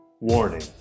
Warning